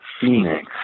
Phoenix